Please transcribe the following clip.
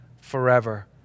forever